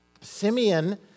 Simeon